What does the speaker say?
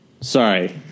Sorry